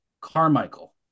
Carmichael